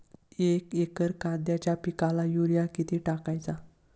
एक एकर कांद्याच्या पिकाला युरिया किती टाकायचा?